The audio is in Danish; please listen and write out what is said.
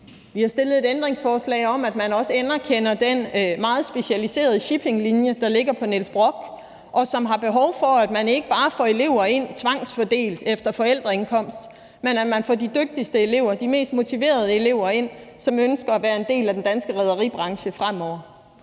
Vi har stillet et ændringsforslag om, at man også anerkender den meget specialiserede shippinglinje, der ligger på Niels Brock, og hvor der er behov for, at man ikke bare får elever ind tvangsfordelt efter forældreindkomst, men at man får de dygtigste og de mest motiverede elever ind, som ønsker at være en del af den danske rederibranche fremover.